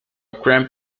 cramp